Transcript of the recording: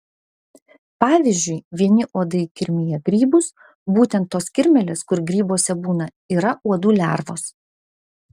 pavyzdžiui vieni uodai kirmija grybus būtent tos kirmėlės kur grybuose būna yra uodų lervos